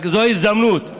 זו ההזדמנות,